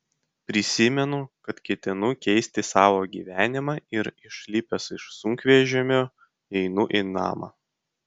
prisimenu kad ketinu keisti savo gyvenimą ir išlipęs iš sunkvežimio einu į namą